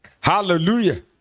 hallelujah